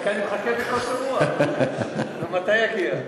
אני מחכה בקוצר רוח, נו, מתי יגיע?